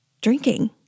drinking